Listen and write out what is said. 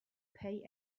pay